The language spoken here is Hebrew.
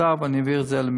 אינני קורא לך,